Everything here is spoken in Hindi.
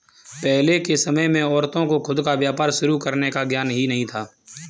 पहले के समय में औरतों को खुद का व्यापार शुरू करने का ज्ञान ही नहीं था